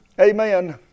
Amen